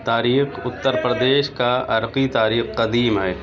تاریخ اتر پردیش کا عرقی تاریخ قدیم ہے